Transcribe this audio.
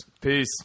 Peace